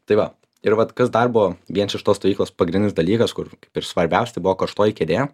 tai va ir vat kas dar buvo viens iš tos stovyklos pagrindinis dalykas kur kaip ir svarbiausia tai buvo karštoji kėdė